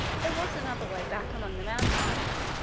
there was another way, back among the mountains,